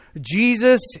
Jesus